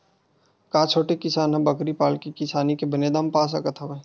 का छोटे किसान ह बकरी पाल के किसानी के बने दाम पा सकत हवय?